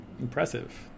impressive